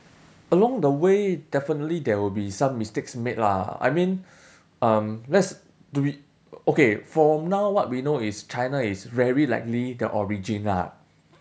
along the way definitely there will be some mistakes made lah I mean um let's do it okay from now what we know is china is very likely the origin lah